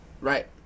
Right